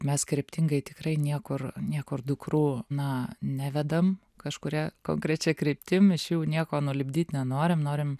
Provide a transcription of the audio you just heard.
mes kryptingai tikrai niekur niekur dukrų na nevedam kažkuria konkrečia kryptim iš jų nieko nulipdyt nenorim norim